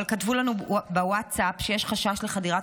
אבל כתבו לנו בווטסאפ שיש חשש לחדירת